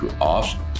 awesome